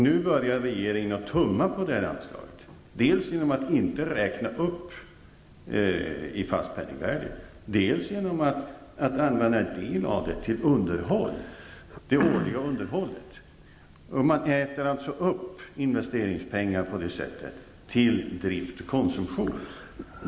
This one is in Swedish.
Nu börjar regeringen att tumma på det här anslaget dels genom att inte räkna upp det i fast penningvärde, dels genom att använda en del av det till underhåll, det årliga underhållet. Man äter alltså upp investeringspengarna på det sättet genom att använda det till drift och konsumtion.